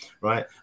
Right